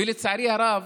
ולצערי הרב